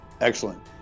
Excellent